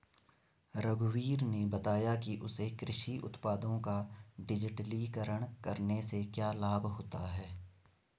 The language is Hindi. रघुवीर ने बताया कि उसे कृषि उत्पादों का डिजिटलीकरण करने से क्या लाभ होता है